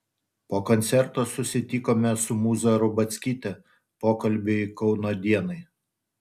po koncerto susitikome su mūza rubackyte pokalbiui kauno dienai